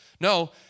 No